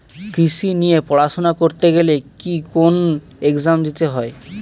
কৃষি নিয়ে পড়াশোনা করতে গেলে কি কোন এগজাম দিতে হয়?